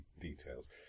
details